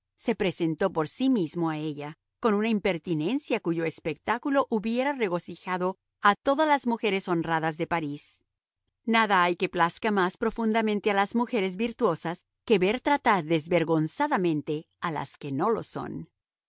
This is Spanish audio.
se presentó por sí mismo a ella con una impertinencia cuyo espectáculo hubiera regocijado a todas las mujeres honradas de parís nada hay que plazca más profundamente a las mujeres virtuosas que ver tratar desvergonzadamente a las que no lo son